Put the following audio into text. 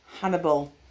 Hannibal